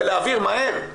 לעכב ולהעביר מהר,